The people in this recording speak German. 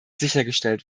sichergestellt